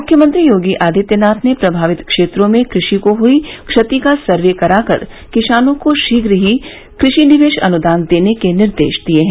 मुख्यमंत्री योगी आदित्यनाथ ने प्रभावित क्षेत्रों में कृषि को हुई क्षति का सर्वे कराकर किसानों को शीघ्र ही कृषि निवेश अनुदान देने के निर्देश दिये हैं